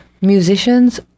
musicians